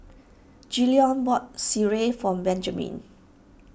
bought Sireh for Benjaman